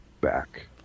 back